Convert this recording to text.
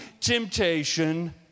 temptation